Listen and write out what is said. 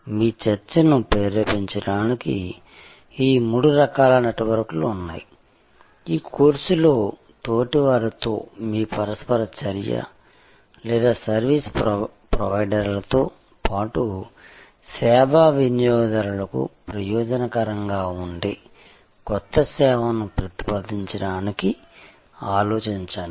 మీ చర్చను ప్రేరేపించడానికి ఈ మూడు రకాల నెట్వర్క్లు ఉన్నాయి ఈ కోర్సులో తోటివారితో మీ పరస్పర చర్య లేదా సర్వీస్ ప్రొవైడర్లతో పాటు సేవా వినియోగదారులకు ప్రయోజనకరంగా ఉండే కొత్త సేవను ప్రతిపాదించడానికి ఆలోచించండి